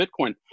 Bitcoin